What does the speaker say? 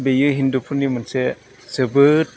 बेयो हिन्दुफोरनि मोनसे जोबोद